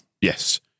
Yes